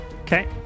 okay